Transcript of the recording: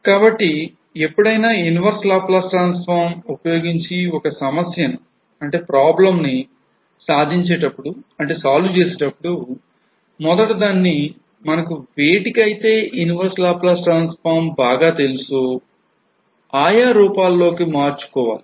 కాబట్టి ఎప్పుడైనా inverse laplace transform ఉపయోగించి ఒక సమస్యను problem ను సాధించేటప్పుడు solve చేసేటప్పుడు మొదట దాన్ని మనకు వేటికీ అయితే inverse laplace transform బాగా తెలుసో ఆయా రూపాలలో కి మార్చుకోవాలి